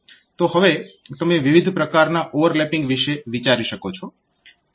તો હવે તમે વિવિધ પ્રકારના ઓવરલેપિંગ વિશે વિચારી શકો છો